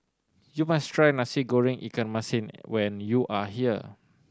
you must try Nasi Goreng ikan masin when you are here